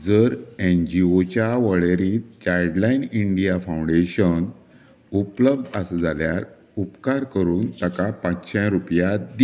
जर N G O च्या वळेरेंत चायल्ड लायन इंडिया फाउंडेशन उपलब्ध आसा जाल्यार उपकार करून ताका पाचशें रुपया देणगी दी